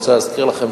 אני רוצה להזכיר לכם,